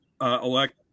elect